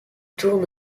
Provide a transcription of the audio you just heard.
tourne